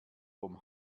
vom